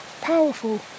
powerful